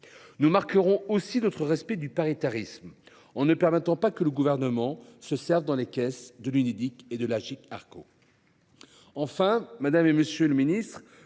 Nous marquerons aussi notre respect du paritarisme, en ne permettant pas que le Gouvernement se serve dans les caisses de l’Unédic et de l’Agirc Arrco.